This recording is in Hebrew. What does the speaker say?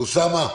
אוסאמה,